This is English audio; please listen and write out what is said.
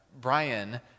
brian